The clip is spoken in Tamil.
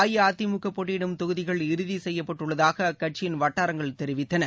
அஇஅதிமுகபோட்டியிடும் தொகுதிகள் இறுதிசெய்யப்பட்டுள்ளதாகஅக்கட்சியின் இதில் வட்டாரங்கள் தெரிவித்தன